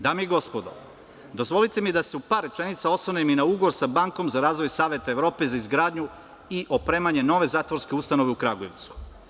Dame i gospodo, dozvolite mi da se u par rečenica osvrnem i na ugao sa bankom za razvoj Saveta Evrope za izgradnju i opremanje nove zatvorske ustanove u Kragujevcu.